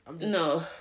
No